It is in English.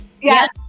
Yes